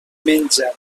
menja